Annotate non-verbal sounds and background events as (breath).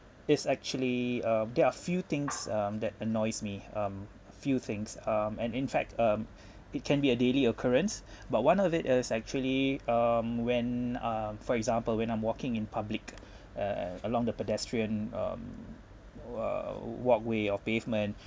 it's actually um there are few things um that annoys me um few things um and in fact um (breath) it can be a daily occurrence but one of it is actually um when ah for example when I'm walking in public a a along the pedestrian um uh walkway or pavement